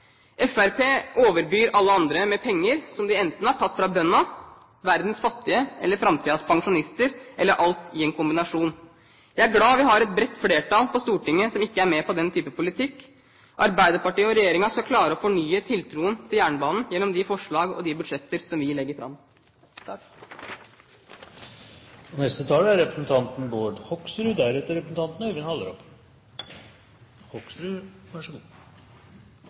Fremskrittspartiet overbyr alle andre med penger, som de enten har tatt fra bøndene, verdens fattige eller framtidens pensjonister eller alt i en kombinasjon. Jeg er glad vi har et bredt flertall på Stortinget som ikke er med på den type politikk. Arbeiderpartiet og regjeringen skal klare å fornye tiltroen til jernbanen gjennom de forslag og budsjetter vi legger fram. Velkommen til Annerledeslandet! Norge er